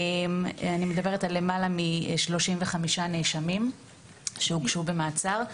אני מדברת על למעלה מ-35 נאשמים שהוגשו במעצר.